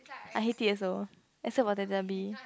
I hate it also except for teletubby